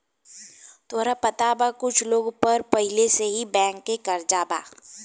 तोहरा पता बा कुछ लोग पर पहिले से ही बैंक के कर्जा बा